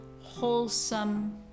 wholesome